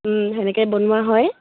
তেনেকৈ বনোৱা হয়